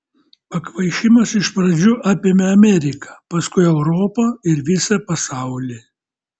pakvaišimas iš pradžių apėmė ameriką paskui europą ir visą pasaulį